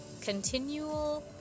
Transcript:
continual